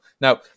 Now